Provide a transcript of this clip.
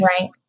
Right